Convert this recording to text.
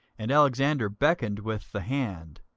and alexander beckoned with the hand,